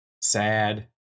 sad